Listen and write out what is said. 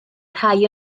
rhai